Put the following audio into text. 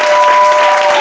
oh